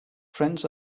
friends